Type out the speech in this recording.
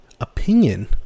opinion